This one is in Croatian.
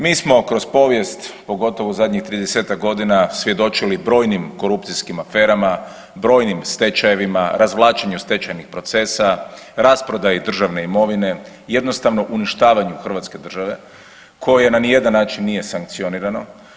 Mi smo kroz povijest, pogotovo u zadnjih 30-ak godina svjedočili brojnim korupcijskim aferama, brojnim stečajevima, razvlačenju stečajnih procesa, rasprodaji državne imovine, jednostavno uništavanju Hrvatske države koje na nijedan način nije sankcionirano.